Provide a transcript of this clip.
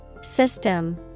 System